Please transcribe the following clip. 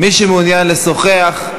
מי שמעוניין לשוחח,